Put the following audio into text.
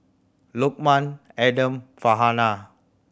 Lokman Adam Farhanah